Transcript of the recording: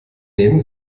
nehmen